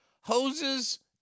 hoses